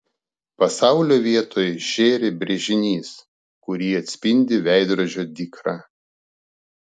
pasaulio vietoj žėri brėžinys kurį atspindi veidrodžio dykra